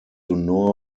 donor